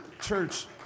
church